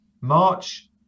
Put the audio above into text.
March